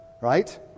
right